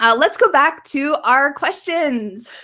ah let's go back to our questions.